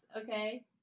okay